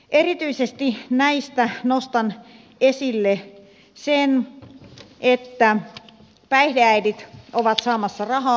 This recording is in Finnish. erityisesti näistä nostan esille sen että päihdeäidit ovat saamassa rahaa